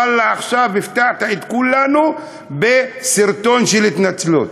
ואללה, עכשיו הפתעת את כולנו בסרטון של התנצלות.